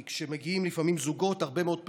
כי כשמגיעים לפעמים זוגות הרבה מאוד פעמים,